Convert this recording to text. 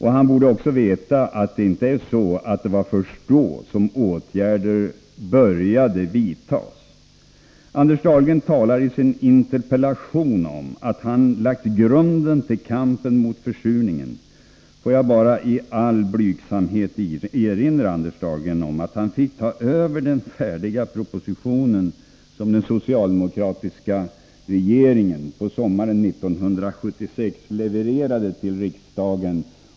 Han borde också veta att det inte var först då som åtgärder började vidtas. Anders Dahlgren talar i sin interpellation om att han lagt grunden för kampen mot försurningen. Får jag bara i all blygsamhet erinra Anders Dahlgren om att han fick ta över den färdiga proposition som den socialdemokratiska regeringen på sommaren 1976 levererade till riksdagen.